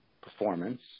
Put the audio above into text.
performance